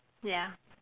ya